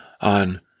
on